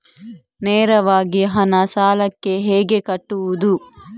ನೇರವಾಗಿ ಹಣ ಸಾಲಕ್ಕೆ ಹೇಗೆ ಕಟ್ಟುವುದು?